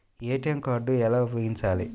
ATM card ఎలా ఉపయోగించాలి?